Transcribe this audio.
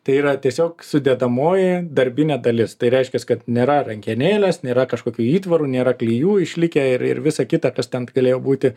tai yra tiesiog sudedamoji darbinė dalis tai reiškias kad nėra rankenėlės nėra kažkokių įtvarų nėra klijų išlikę ir ir visa kita kas ten galėjo būti